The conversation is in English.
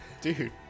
dude